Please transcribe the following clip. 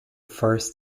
first